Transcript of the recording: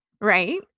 right